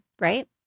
right